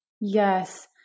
Yes